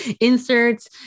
Inserts